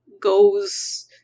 goes